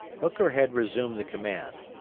hooker had resumed the command,